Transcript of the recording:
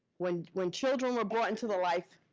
when when children were brought into the life,